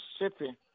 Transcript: Mississippi